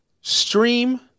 stream